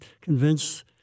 convince